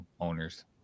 owners